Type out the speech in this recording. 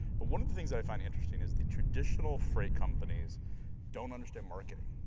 but one of the things i find interesting is the traditional freight companies don't understand marketing.